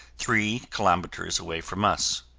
three kilometers away from us.